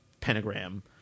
pentagram